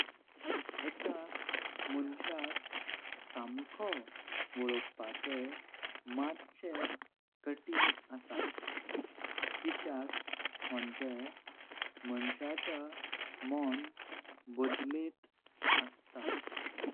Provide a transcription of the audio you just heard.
एका मोंशाक शामखो वोलोखपाचे मथ्शे कत्तिन आसा। कित्याक मोंचेन मोंसाच्या मों बोदल्येह अश्ता।